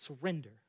Surrender